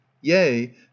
yea